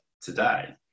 today